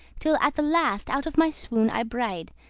till at the last out of my swoon i braid,